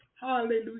Hallelujah